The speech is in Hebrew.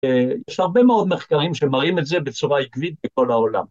‫יש הרבה מאוד מחקרים ‫שמראים את זה בצורה עקבית בכל העולם.